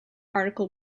article